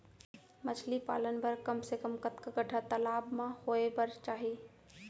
मछली पालन बर कम से कम कतका गड्डा तालाब म होये बर चाही?